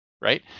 right